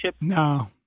no